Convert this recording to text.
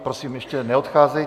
Prosím, ještě neodcházejte.